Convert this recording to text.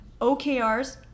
OKRs